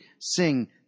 sing